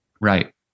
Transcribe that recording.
Right